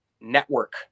Network